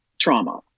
trauma